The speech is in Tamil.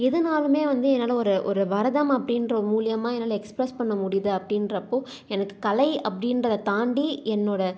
எதுனாலுமே வந்து என்னால் ஒரு ஒரு பரதம் அப்படின்றது மூலிமா என்னால எக்ஸ்பிரஸ் பண்ண முடியுது அப்படின்றப்போ எனக்கு கலை அப்படின்றத தாண்டி என்னோடய